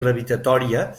gravitatòria